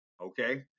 Okay